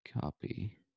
copy